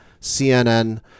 CNN